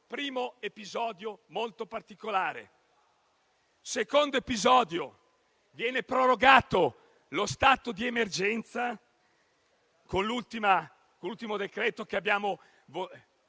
primo episodio molto particolare. Seconda questione: viene prorogato lo stato di emergenza con l'ultimo decreto che è stato